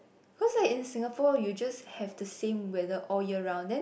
cause like in Singapore you just have the same weather all year round then